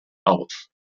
auf